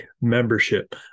membership